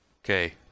Okay